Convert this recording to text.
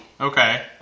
Okay